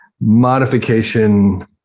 modification